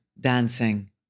dancing